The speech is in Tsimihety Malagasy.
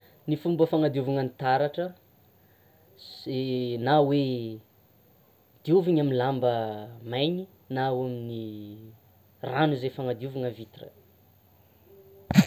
Ny fomba fanadiovana ny taratra sy na hoe: diovina amin'ny lamba mainy, na ao amin'ny rano zay fanadiovana vitre.